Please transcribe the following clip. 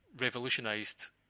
revolutionised